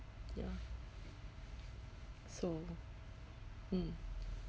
ya so mm